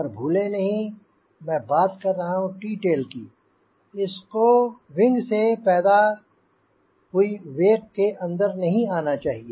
पर भूले नहीं मैं बात कर रहा हूँ T टेल की इसको विंग से पैदा हुई वेक के अंदर नहीं आना चाहिए